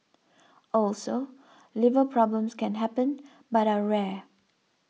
also liver problems can happen but are rare